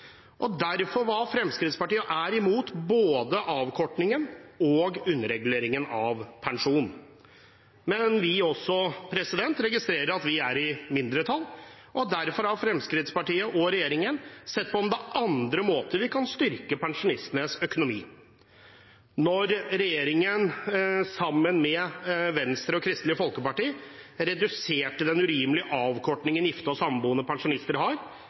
Derfor var – og er – Fremskrittspartiet imot både avkortningen og underreguleringen av pensjon. Men vi registrerer også at vi er i mindretall, og derfor har Fremskrittspartiet og regjeringen sett på om det er andre måter vi kan styrke pensjonistenes økonomi på. Da regjeringen sammen med Venstre og Kristelig Folkeparti reduserte den urimelige avkortningen gifte og samboende pensjonister har,